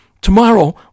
tomorrow